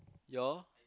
your